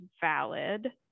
valid